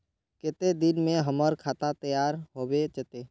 केते दिन में हमर खाता तैयार होबे जते?